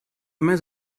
immer